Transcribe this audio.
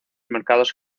mercados